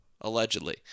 allegedly